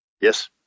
Yes